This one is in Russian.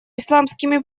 исламскими